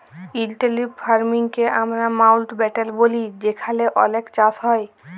intensive farming কে আমরা মাউল্টব্যাটেল ব্যলি যেখালে অলেক চাষ হ্যয়